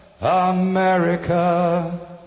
America